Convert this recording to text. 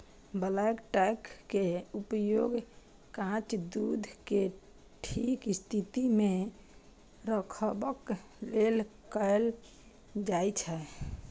bulk tank के उपयोग कांच दूध कें ठीक स्थिति मे रखबाक लेल कैल जाइ छै